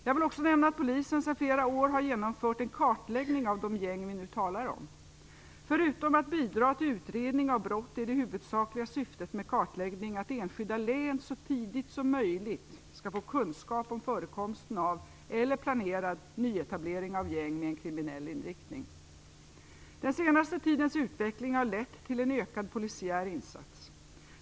Jag vill också nämna att polisen sedan flera år har genomfört en kartläggning av de gäng vi nu talar om. Förutom att bidra till utredning av brott är det huvudsakliga syftet med kartläggning att enskilda län så tidigt som möjligt skall få kunskap om förekomsten av eller planerad nyetablering av gäng med en kriminell inriktning. Den senaste tidens utveckling har lett till en ökad polisiär insats.